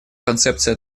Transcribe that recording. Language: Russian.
концепция